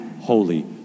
holy